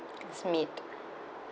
smee~